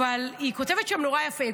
והיא כותבת שם נורא יפה.